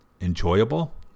enjoyable